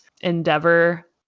endeavor